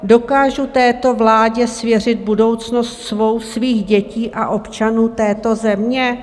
Dokážu této vládě svěřit budoucnost svou, svých dětí a občanů této země?